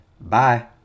Bye